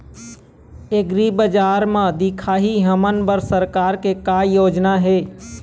एग्रीबजार म दिखाही हमन बर सरकार के का योजना हे?